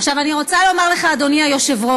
עכשיו, אני רוצה לומר לך, אדוני היושב-ראש,